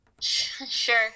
Sure